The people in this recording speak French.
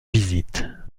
visites